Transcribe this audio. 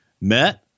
met